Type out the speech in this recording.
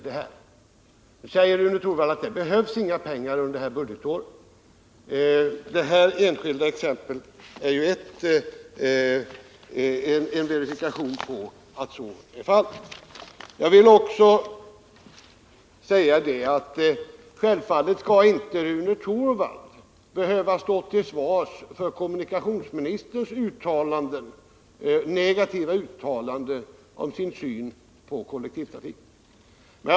Rune Torwald säger att det inte behövs några pengar under detta budgetår, men detta enskilda exempel är ju en verifikation på att så är fallet. Givetvis skall inte Rune Torwald behöva stå till svars för kommunikationsministerns uttalande om sin negativa syn på kollektivtrafiken.